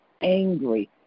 angry